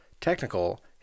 technical